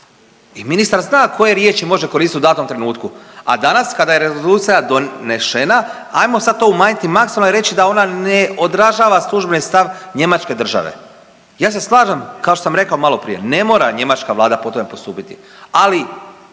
i ministar zna koje riječi može koristiti u datom trenutku, a danas kada je rezolucija donešena ajmo sad to umanjiti maksimalno i reći da ona ne odražava službeni stav Njemačke države. Ja se slažem, kao što sam rekao maloprije, ne mora njemačka vlada po tome postupiti, ali